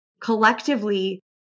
collectively